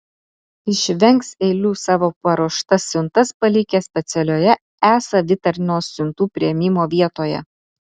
išvengs eilių savo paruoštas siuntas palikę specialioje e savitarnos siuntų priėmimo vietoje